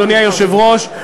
אדוני היושב-ראש,